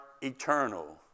Eternal